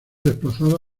desplazados